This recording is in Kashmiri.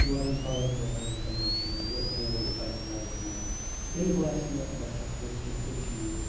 ژورَن ساڑَن ژورَن مِنٹَن منٛز چھُ مےٚ یہِ گول پنٛنہِ لایفہِ منٛز تیٚلہِ باسہِ مےٚ مےٚ ہسا کوٚر کیٚنٛہہ أچیٖو